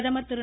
பிரதமர் திரு